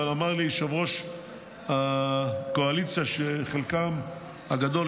אבל אמר לי יושב-ראש הקואליציה שחלקן הגדול,